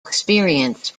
experience